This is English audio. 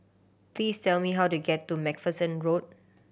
please tell me how to get to Macpherson Road